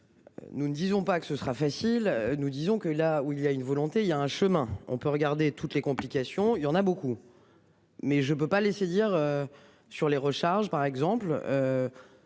Nous ne disons pas que ce sera facile, nous disons que là où il y a une volonté, il y a un chemin on peut regarder toutes les complications. Il y en a beaucoup. Mais je peux pas laisser dire. Sur les recharges par exemple.